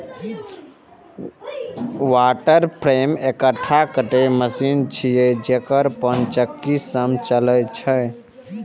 water frame एकटा कताइ machine छियै, जे पनचक्की सं चलै छै